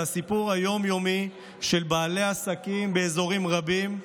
זה הסיפור היום-יומי של בעלי עסקים באזורים רבים,